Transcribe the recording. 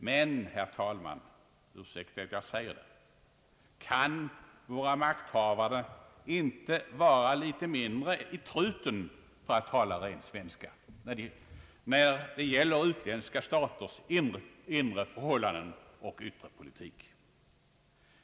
Men, herr talman, ursäkta att jag säger det: Kan våra makthavande inte vara litet mindre i truten — för att tala ren svenska — när det gäller utländska staters inre förhållanden och yttre politik?